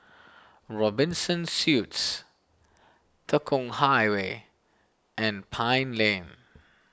Robinson Suites Tekong Highway and Pine Lane